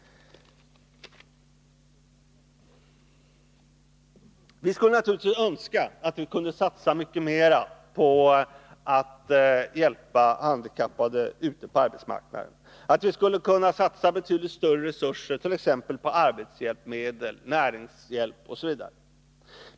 Vi skulle naturligtvis önska att vi kunde satsa mycket mera på att hjälpa handikappade ut på arbetsmarknaden, att vi skulle kunna satsa betydligt större resurser på arbetshjälpmedel, näringshjälp osv.